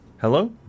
Hello